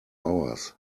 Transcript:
hours